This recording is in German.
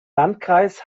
landkreis